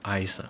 ice ah